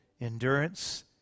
endurance